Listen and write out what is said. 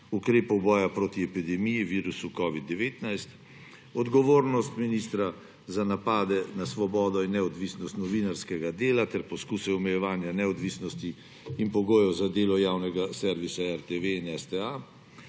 ukrepov boja proti epidemiji, virusu covid-19, odgovornost ministra za napade na svobodo in neodvisnost novinarskega dela ter poskuse omejevanja neodvisnosti in pogojev za delo javnega servisa RTV in STA,